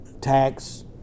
tax